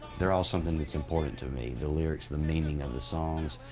they're all something that's important to me, the lyrics, the meanings of the songs.